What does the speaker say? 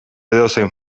edozein